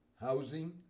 housing